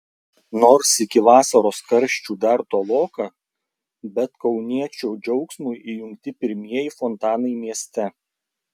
nors iki vasaros karščių dar toloka bet kauniečių džiaugsmui įjungti pirmieji fontanai mieste